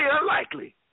unlikely